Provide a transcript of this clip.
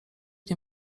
nie